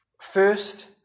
first